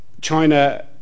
China